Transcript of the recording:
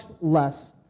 less